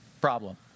Problem